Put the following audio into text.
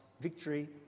victory